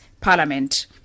Parliament